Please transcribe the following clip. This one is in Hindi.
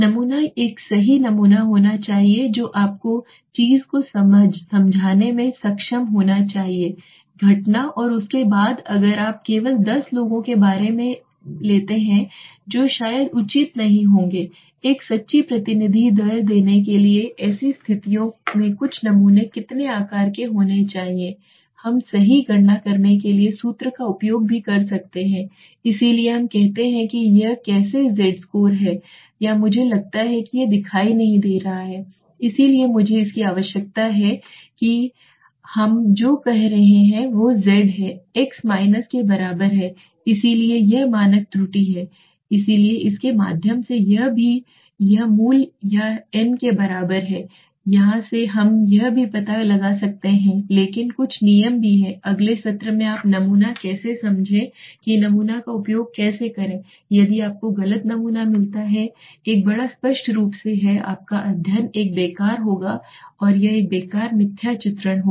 नमूना एक सही नमूना होना चाहिए जो आपको चीज़ को समझाने में सक्षम होना चाहिए घटना और उसके बाद अगर आप केवल 10 लोगों के बारे में लेते हैं जो शायद उचित नहीं होंगे एक सच्ची प्रतिनिधि दर देने के लिए ऐसी स्थितियों में कुछ नमूने कितने आकार के होने चाहिए हम सही गणना करने के लिए सूत्र का उपयोग भी कर सकते हैं इसलिए हम कहते हैं कि यह कैसे जेड स्कोर से है या मुझे लगता है कि यह दिखाई नहीं दे रहा है इसलिए मुझे इसकी आवश्यकता है कि हम जो करेंगे वह है Z एक्स माइनस के बराबर है इसलिए यह मानक त्रुटि है इसलिए इसके माध्यम से यह भी कि यह मूल या n के बराबर है यहाँ से हम यह भी पता लगा सकते हैं लेकिन कुछ नियम भी हैं अगले सत्र में आप नमूना कैसे समझें कि नमूना का उपयोग कैसे करें यदि आपको गलत नमूना मिलता है एक बड़ा स्पष्ट रूप से है कि आपका अध्ययन एक बेकार होगा और यह एक बेकार मिथ्या चित्रण होगा